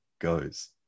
goes